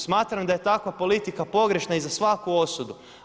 Smatram da je takva politika pogrešna i za svaku osudu.